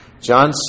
John